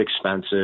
expensive